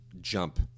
jump